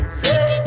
say